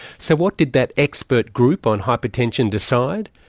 so what did that expert group on hypertension decide?